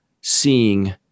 seeing